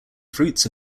fruits